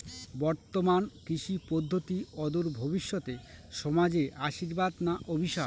বর্তমান কৃষি পদ্ধতি অদূর ভবিষ্যতে সমাজে আশীর্বাদ না অভিশাপ?